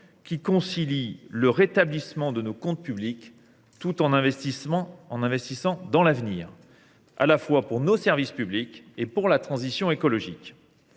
qui concilie rétablissement de nos comptes publics et investissement dans l’avenir, à la fois pour nos services publics et pour la transition écologique.